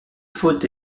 faute